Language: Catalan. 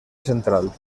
central